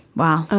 wow.